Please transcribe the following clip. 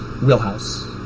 Wheelhouse